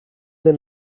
den